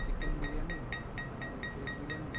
chicken biryani ଆଉ veg biryani